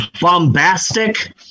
bombastic